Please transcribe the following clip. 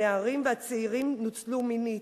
הנערים והצעירים נוצלו מינית,